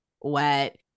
wet